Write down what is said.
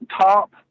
Top